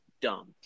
dumb